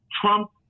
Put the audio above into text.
Trump